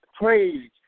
praise